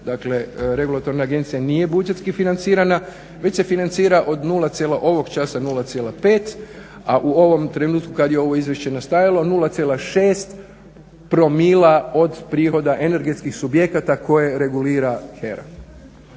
dakle regulatorna agencija nije budžetski financirana, veće se financira ovog časa od 0.5, a u ovom trenutku kad je ovo izvješće nastajalo 0.6 promila od prihoda energetskih subjekata koje regulira HERA.